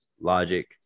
logic